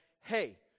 hey